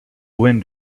wind